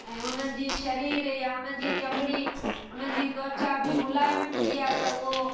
ऐं उन्हनि जे शरीर या उन्हनि जी चमिड़ी उन्हनि जी त्वचा बि मुलायम हूंदी आहे त उहो